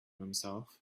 himself